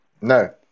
No